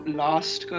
last